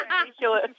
ridiculous